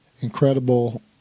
incredible